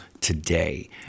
today